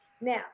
Now